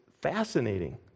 fascinating